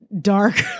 dark